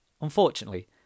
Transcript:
Unfortunately